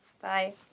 Bye